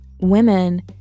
women